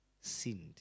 sinned